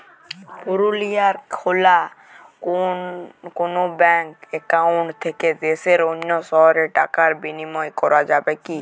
পুরুলিয়ায় খোলা কোনো ব্যাঙ্ক অ্যাকাউন্ট থেকে দেশের অন্য শহরে টাকার বিনিময় করা যাবে কি?